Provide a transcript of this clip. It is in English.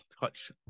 touch